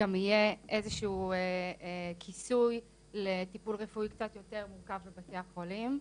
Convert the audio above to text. גם יהיה איזשהו כיסוי לטיפול רפואי קצת יותר מורכב בבתי החולים,